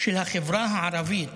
של החברה הערבית,